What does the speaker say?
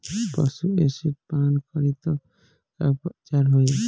पशु एसिड पान करी त का उपचार होई?